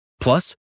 Plus